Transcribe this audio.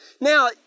Now